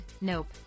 nope